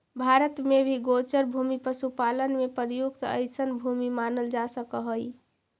भारत में भी गोचर भूमि पशुपालन में प्रयुक्त अइसने भूमि मानल जा सकऽ हइ